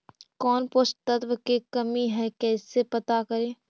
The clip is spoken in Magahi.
कौन पोषक तत्ब के कमी है कैसे पता करि?